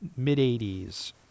mid-'80s